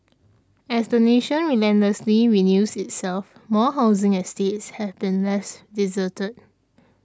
as the nation relentlessly renews itself more housing estates have been left deserted